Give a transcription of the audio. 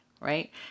right